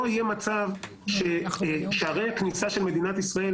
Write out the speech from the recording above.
לא יהיה מצב שבו שערי הכניסה של מדינת ישראל